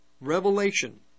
revelation